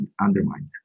undermined